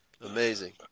Amazing